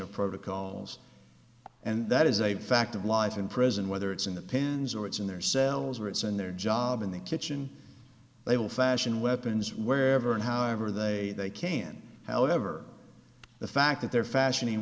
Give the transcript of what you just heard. of protocols and that is a fact of life in prison whether it's in the pens or it's in their cells or it's in their job in the kitchen they will fashion weapons wherever and however they can however the fact that they're fashioning